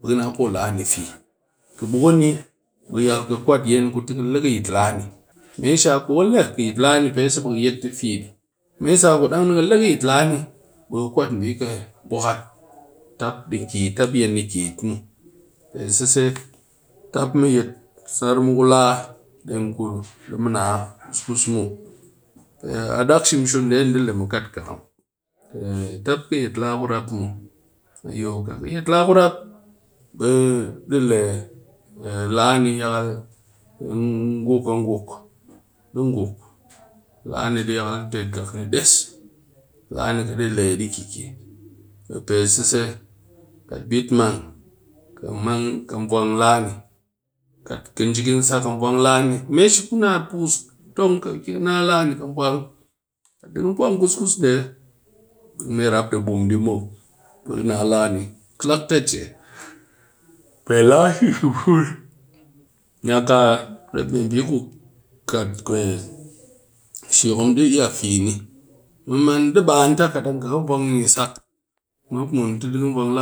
Bɨ ki na po lani fi kɨ bukun ni be yakal ka kwat yin ku tɨ kɨ le ki yit lani me shi kuka le kɨ yit lani bi yet tɨ fi ɗi. me she ku kɨ kwat bi ki but dɨ tap yin ni de kor pe sese tap mu yit sar mu ku la muw deng ku de mu na kus-kus muw, pe a dak sumusun de ni de le mu kat khakam lani tap kat yet la ku rap bi de le lani ni dɨ hayo dɨ nguk, yakal dɨ tat nga ni des lani ka de leye de kiki, kat bitmang kɨ vwang lani khjing kɨ vwang lani, me shi ka tong bɨ ka na bi kɨ vwang di vwang kus-kus bɨ me rap dɨ bum di muw, bi kɨ lani kɨlak ta ji ni ka rep me she at a